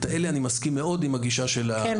אלה אני מסכים מאוד עם הגישה של היושב-ראש --- כן,